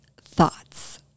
thoughts